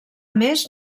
més